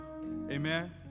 amen